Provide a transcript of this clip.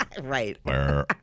Right